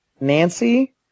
Nancy